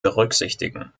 berücksichtigen